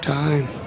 time